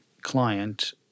client